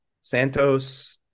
Santos-